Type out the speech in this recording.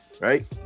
Right